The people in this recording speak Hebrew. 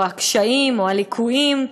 או הקשיים או הליקויים.